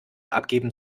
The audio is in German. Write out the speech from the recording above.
abgeben